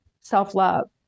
self-love